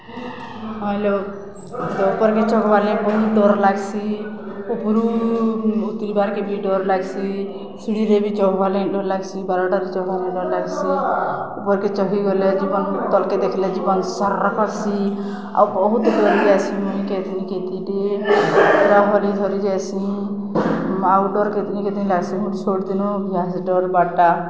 ହଁ ଲୋ ଉପର୍କେ ଚଘ୍ବାର୍ଲାଗି ବହୁତ୍ ଡର୍ ଲାଗ୍ସି ଉପ୍ରୁ ଉତ୍ରିବାକେ ବି ଡର୍ ଲାଗ୍ସି ସିଡ଼ିରେ ବି ଚଘ୍ବାର୍ଲାଗି ଡର୍ ଲାଗ୍ସି ବାରଣ୍ଡାରେ ଚଘ୍ବାର୍ଲାଗି ଡର୍ ଲାଗ୍ସି ଉପର୍କେ ଚଘିଗଲେ ଜୀବନ୍ ତଲ୍କେ ଦେଖ୍ଲେ ଜୀବନ୍ ସର୍ କର୍ସି ଆଉ ବହୁତ୍ ଡରି ଯାଏସିଁ ମୁଇଁ କେତ୍ନି କେତେଟେ ପୁର ଭରି ହଲି ଥରି ଯାଏସି ଆଉ ଡର୍ କେତ୍ନି କେତ୍ନି ଲାଗ୍ସି ମତେ ଛୋଟ୍ ଦିନୁ ଅଛେ ଡରବାର୍ଟା